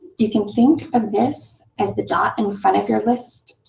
you can think of this as the dot and in front of your list,